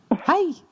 Hi